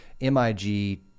MIG-